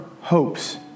hopes